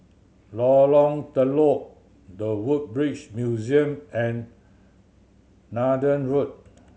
Lorong Telok The Woodbridge Museum and Neythai Road